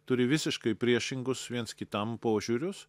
turi visiškai priešingus viens kitam požiūrius